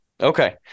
Okay